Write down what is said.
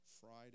Friday